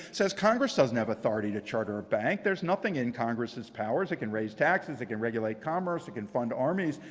says, congress doesn't have authority to charter a bank. there's nothing in congress' powers. it can raise taxes. it can regulate commerce. it can fund armies.